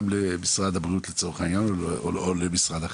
למשרד הבריאות לצורך העניין או למשרד אחר,